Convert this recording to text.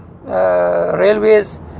railways